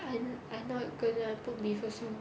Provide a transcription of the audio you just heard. I'm I'm not gonna put beef also